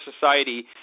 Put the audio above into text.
society